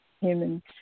humans